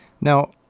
Now